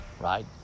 right